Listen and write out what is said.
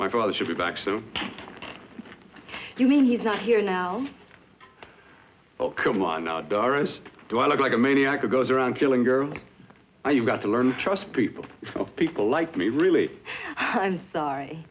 my father should be back so you mean he's not here now oh come on now doris do i look like a maniac who goes around killing girls i've got to learn to trust people people like me really i'm sorry